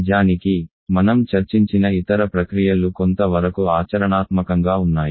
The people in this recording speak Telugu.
నిజానికి మనం చర్చించిన ఇతర ప్రక్రియ లు కొంత వరకు ఆచరణాత్మకంగా ఉన్నాయి